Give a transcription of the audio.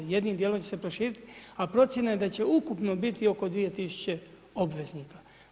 Jednim dijelom će se i proširiti, a procjena je da će ukupno biti oko 2000 obveznika.